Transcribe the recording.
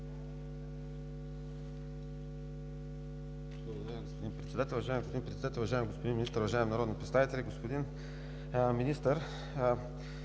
господин Председател, уважаеми господин Министър, уважаеми народни представители! Господин Министър,